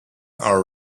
are